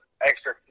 extra